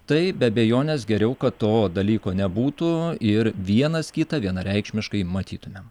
tai be abejonės geriau kad to dalyko nebūtų ir vienas kitą vienareikšmiškai matytumėm